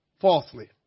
falsely